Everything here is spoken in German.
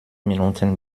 minuten